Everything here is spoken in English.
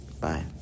Bye